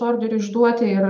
orderiui išduoti ir